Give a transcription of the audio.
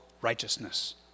righteousness